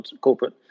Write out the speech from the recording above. corporate